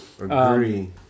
Agree